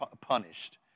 punished